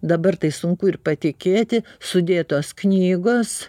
dabar tai sunku ir patikėti sudėtos knygos